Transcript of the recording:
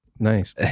Nice